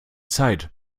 zeit